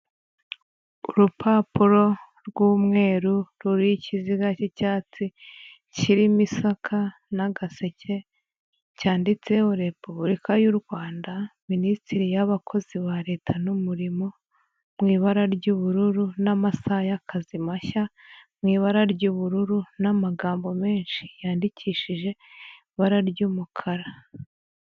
Urupapuro rw'umweru ruri ikiziga cy'icyatsi, kirimo isaka n'agaseke cyanditseho repubulika y u Rwanda, minisitiri y'abakozi ba leta n'umurimo, mu ibara ry'ubururu n'amasaha y'akazi mashya mu ibara ry'ubururu, n'amagambo menshi yandikishije ibara ry'umukara.